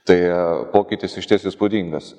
tai pokytis išties įspūdingas